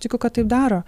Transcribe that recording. tikiu kad taip daro